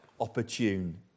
opportune